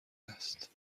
است